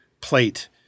plate